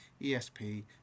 ESP